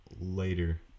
later